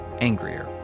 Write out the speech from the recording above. angrier